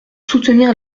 soutenir